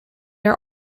are